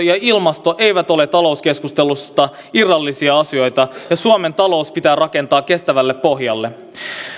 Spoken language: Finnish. ja ilmasto eivät ole talouskeskustelusta irrallisia asioita suomen talous pitää rakentaa kestävälle pohjalle